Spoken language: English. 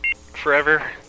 forever